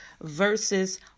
versus